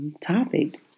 topic